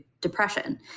depression